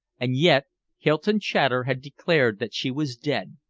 and yet hylton chater had declared that she was dead!